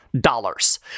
dollars